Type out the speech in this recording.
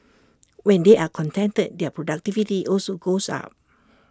when they are contented their productivity also goes up